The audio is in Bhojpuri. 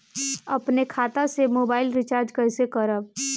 अपने खाता से मोबाइल रिचार्ज कैसे करब?